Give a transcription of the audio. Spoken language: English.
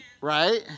Right